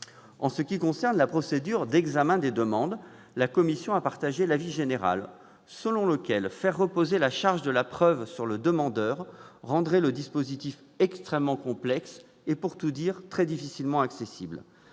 agricole. Sur la procédure d'examen des demandes, la commission a partagé l'avis général selon lequel faire reposer la charge de la preuve sur le demandeur rendrait le dispositif extrêmement complexe et, pour tout dire, très difficilement accessible.